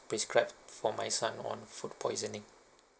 prescribed for my son on food poisoning